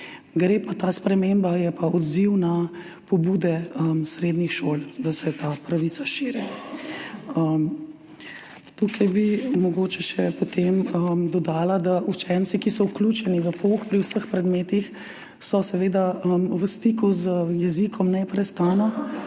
ta sprememba odziv na pobude srednjih šol, da se ta pravica širi. Tukaj bi mogoče še dodala, da so učenci, ki so vključeni v pouk pri vseh predmetih, seveda v stiku z jezikom neprestano